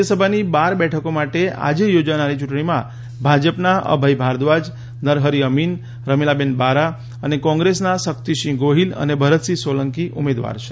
રાજ્યસભાની બાર બેઠકો માટે આજે યોજાનારી યૂંટણીમાં ભાજપના અભય ભારદ્વાજ નરહરી અમીન રમિલાબેન બારા અને કોંગ્રેસના શક્તિસિંહ ગોહિલ અને ભરતસિંહ સોલંકી ઉમેદવાર છે